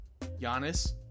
Giannis